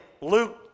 luke